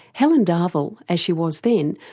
helen darville, as she was then,